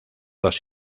dos